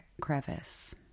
crevice